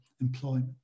employment